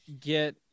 get